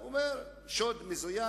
ענה: שוד מזוין.